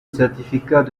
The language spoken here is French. certificat